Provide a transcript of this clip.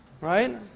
Right